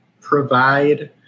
provide